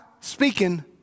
speaking